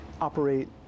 operate